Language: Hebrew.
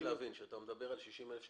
כשאתה מדבר על 60,000 שקלים,